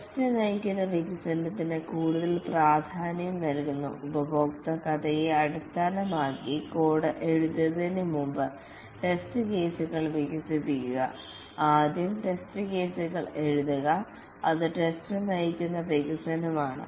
test നയിക്കുന്ന വികസനത്തിന് കൂടുതൽ പ്രാധാന്യം നൽകുന്നു ഉപയോക്തൃ കഥയെ അടിസ്ഥാനമാക്കി കോഡ് എഴുതുന്നതിനുമുമ്പ് ടെസ്റ്റ് കേസുകൾ വികസിപ്പിക്കുക ആദ്യം ടെസ്റ്റ് കേസുകൾ എഴുതുക അത് ടെസ്റ്റ് നയിക്കുന്ന വികസനമാണ്